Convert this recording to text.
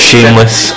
Shameless